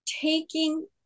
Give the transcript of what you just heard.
taking